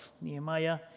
Nehemiah